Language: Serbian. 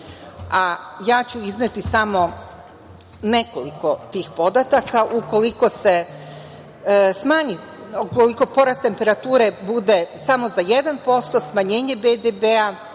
a ja ću izneti samo nekoliko tih podataka. U koliko porast temperature bude samo za 1% smanjenje BDP-a